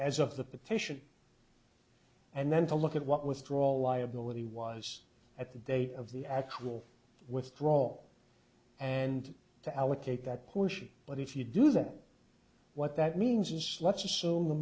of the petition and then to look at what withdrawal liability was at the date of the actual withdrawal and to allocate that push but if you do then what that means is let's assume the